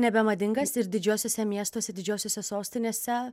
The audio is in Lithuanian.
nebemadingas ir didžiuosiuose miestuose didžiosiose sostinėse